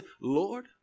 Lord